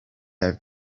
have